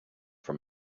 from